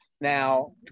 Now